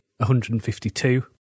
152